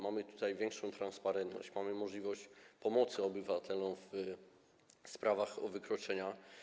Mamy tutaj większą transparentność, mamy możliwość pomóc obywatelom w sprawach o wykroczenia.